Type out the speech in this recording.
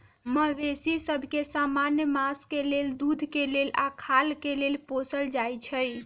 मवेशि सभ के समान्य मास के लेल, दूध के लेल आऽ खाल के लेल पोसल जाइ छइ